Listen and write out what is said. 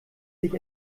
sich